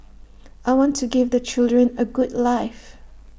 I want to give the children A good life